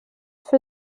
für